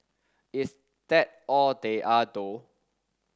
is that all they are though